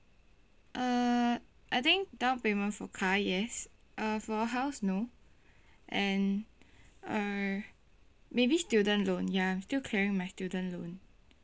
uh I think down payment for car yes uh for house no and err maybe student loan ya I'm still clearing my student loan